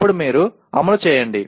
అప్పుడు మీరు అమలు చేయండి